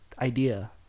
idea